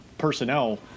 personnel